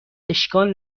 اشکال